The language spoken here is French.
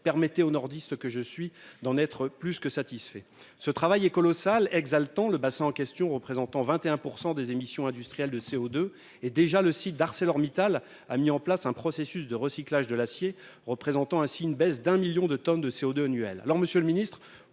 Permettez au Nordiste que je suis d'en être plus que satisfait. Le travail est colossal, mais exaltant, le bassin en question représentant 21 % des émissions industrielles de CO2. Le site d'ArcelorMittal a déjà mis en place un processus de recyclage de l'acier, ce qui permet de réduire d'un million de tonnes les émissions annuelles de CO2. Monsieur le ministre,